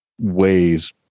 ways